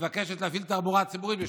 מבקשת להפעיל תחבורה ציבורית בשבת,